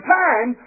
time